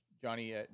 Johnny